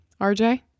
rj